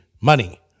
money